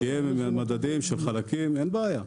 שיהיו מדדים של חלקים אין בעיה.